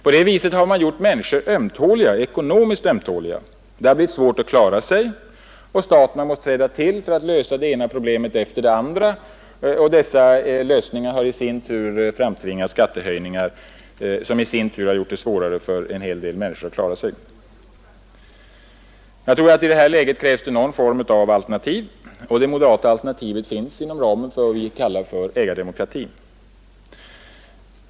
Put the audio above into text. På det viset har man gjort människorna ekonomiskt ömtåliga, det har blivit svårt att klara sig, staten har måst träda till för att lösa det ena problemet efter det andra, och dessa lösningar har framtvingat skattehöjningar som i sin tur har gjort det svårare för en hel del människor att klara sig. I det här läget krävs det ett alternativ, och det moderata alternativet finns inom ramen för det som vi kallar ägardemokratin.